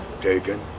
taken